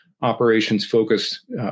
operations-focused